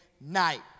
night